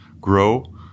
grow